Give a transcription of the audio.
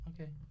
Okay